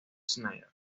snyder